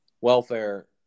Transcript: welfare